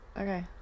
Okay